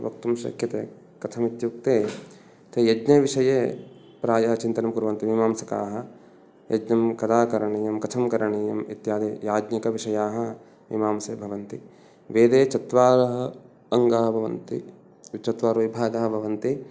वक्तुं शक्यते कथम् इत्युक्ते ते यज्ञविषये प्रायः चिन्तनं कुर्वन्ति मीमांसकाः यज्ञः कदा करणीयः कथं करणीयः इत्यादियाज्ञिकविषयाः मीमांसे भवन्ति वेदे चत्वारः अङ्गानि भवन्ति चत्वारः विभागाः भवन्ति